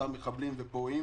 אותם מחבלים ופורעים